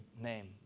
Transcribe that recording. name